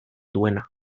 duena